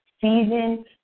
season